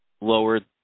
lowered